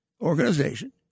organization